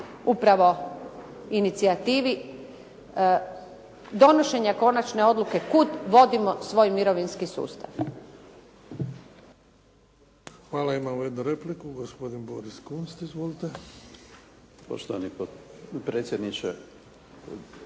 upravo inicijativi donošenja konačne odluke kud vodimo svoj mirovinski sustav.